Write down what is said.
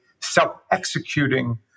self-executing